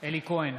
אלי כהן,